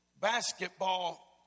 basketball